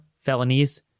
felonies